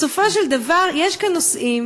בסופו של דבר יש כאן נושאים,